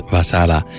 Vasala